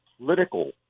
political